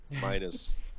minus